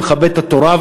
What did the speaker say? את התורה,